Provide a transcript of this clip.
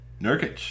Nurkic